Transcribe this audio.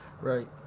Right